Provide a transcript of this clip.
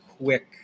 Quick